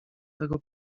tego